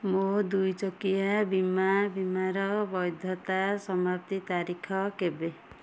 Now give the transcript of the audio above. ମୋ ଦୁଇ ଚକିଆ ବୀମା ବୀମାର ବୈଧତା ସମାପ୍ତି ତାରିଖ କେବେ